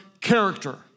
character